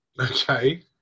Okay